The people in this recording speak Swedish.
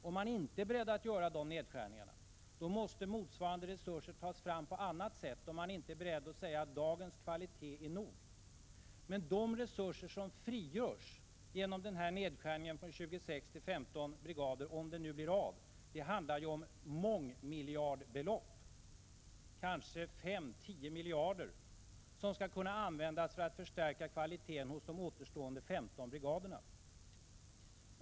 Om man inte är beredd att göra dessa nedskärningar, måste motsvarande resurser tas fram på annat sätt, om man inte är beredd att säga att dagens kvalitet är nog. Men beträffande de resurser som frigörs genom nedskärningen från 26 till 15 brigader, om det nu blir av, handlar det om mångmiljardbelopp, kanske 5-10 miljarder som skall kunna användas för att förstärka kvaliteten hos de återstående 15 brigaderna.